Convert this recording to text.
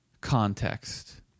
context